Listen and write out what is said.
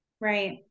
right